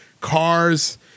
cars